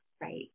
right